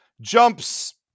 jumps